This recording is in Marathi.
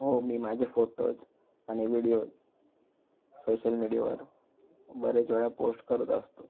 हो मी माझे फोटोज आणि व्हिडिओज सोशल मीडियावर बरेचवेळा पोस्ट करत असतो